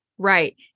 Right